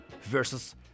versus